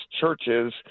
churches